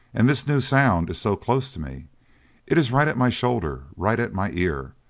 and this new sound is so close to me it is right at my shoulder, right at my ear,